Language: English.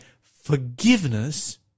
forgiveness